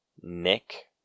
Nick